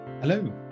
Hello